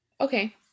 okay